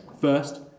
First